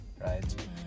right